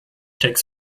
takes